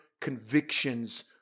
convictions